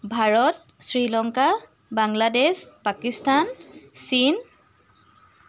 ভাৰত শ্ৰীলংকা বাংলাদেশ পাকিস্তান চীন